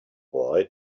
boy